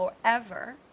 forever